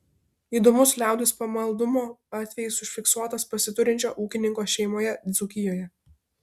įdomus liaudies pamaldumo atvejis užfiksuotas pasiturinčio ūkininko šeimoje dzūkijoje